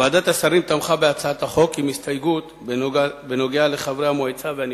ועדת השרים תמכה בהצעת החוק עם הסתייגות בנוגע לחברי המועצה והנבחרים.